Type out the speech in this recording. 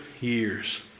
years